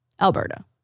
Alberta